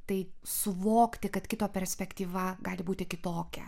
tai suvokti kad kito perspektyva gali būti kitokia